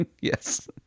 yes